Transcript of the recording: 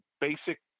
basic